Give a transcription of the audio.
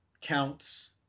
Counts